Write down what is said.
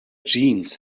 jeans